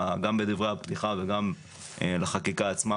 גם בדברי הפתיחה וגם לחקיקה עצמה,